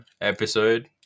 episode